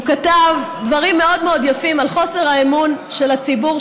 הוא כתב דברים מאוד מאוד יפים על חוסר האמון של הציבור,